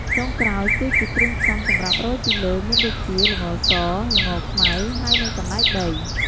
ចុងក្រោយគឺជាគ្រឿងផ្សំសម្រាប់រោយពីលើមានដូចជា ល្ងស ល្ងខ្មៅ ហើយនិងសណ្ដែកដី។